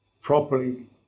properly